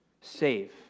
Save